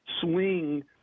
swing